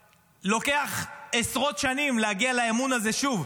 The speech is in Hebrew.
לוקח עשרות שנים להגיע לאמון הזה שוב.